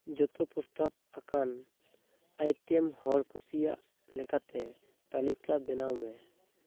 ᱡᱚᱛᱚ ᱯᱨᱚᱥᱛᱟᱵ ᱟᱠᱟᱱ ᱟᱭᱴᱮᱢ ᱦᱚᱲ ᱠᱩᱥᱤᱭᱟᱜ ᱞᱮᱠᱟᱛᱮ ᱛᱟᱹᱞᱤᱠᱟ ᱵᱮᱱᱟᱣᱢᱮ